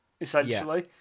Essentially